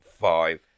five